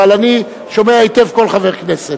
אבל אני שומע היטב כל חבר כנסת.